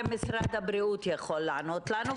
משרד הבריאות יכול לענות לנו,